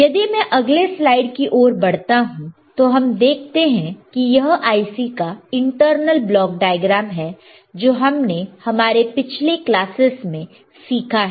यदि मैं अगले स्लाइड की ओर बढ़ता हूं तो हम देखते हैं कि यह IC का इंटरनल ब्लॉक डायग्राम है जो हमने हमारे पिछले क्लासेस में सीखा है